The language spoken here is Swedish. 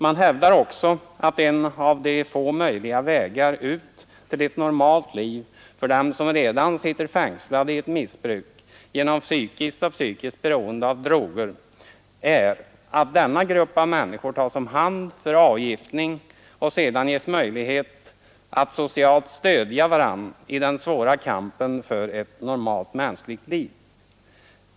Man hävdar också att en av de få möjliga vä ett normalt liv för dem som redan sitter fängslade i ett missbruk genom fysiskt och psykiskt beroende av droger är att denna grupp av människor tas om hand för avgiftning och sedan ges möjlighet att socialt stödja varandra i den svåra kampen för ett normalt, människovärdigt liv.